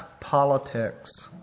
politics